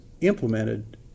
implemented